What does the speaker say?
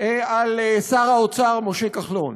על שר האוצר משה כחלון.